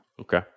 Okay